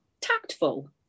tactful